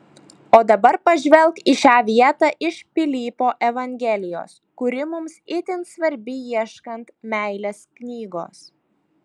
o dabar pažvelk į šią vietą iš pilypo evangelijos kuri mums itin svarbi ieškant meilės knygos